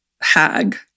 hag